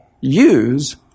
use